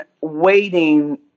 waiting